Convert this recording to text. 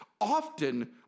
Often